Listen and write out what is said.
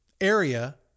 area